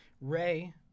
Ray